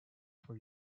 for